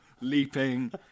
leaping